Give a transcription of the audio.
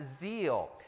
zeal